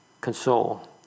console